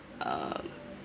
um